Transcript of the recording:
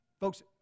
folks